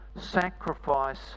sacrifice